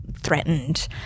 threatened